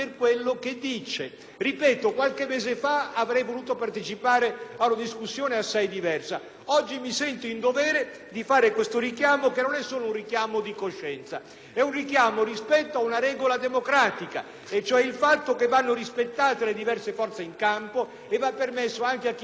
oggi mi sento in dovere di fare questo richiamo, che non è solo un richiamo di coscienza: è un richiamo rispetto ad una regola democratica, e cioè il fatto che vanno rispettate le diverse forze in campo e va permesso che anche chi non ha raggiunto in elezioni recenti la soglia per entrare nelle Assemblee nazionali possa,